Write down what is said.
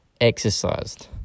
exercised